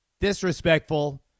disrespectful